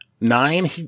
Nine